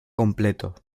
completo